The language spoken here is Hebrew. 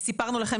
סיפרנו לכם